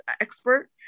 expert